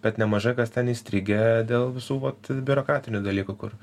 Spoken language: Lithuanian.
bet nemažai kas ten įstrigę dėl visų vat biurokratinių dalykų kur